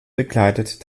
bekleidet